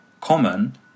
common